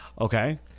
Okay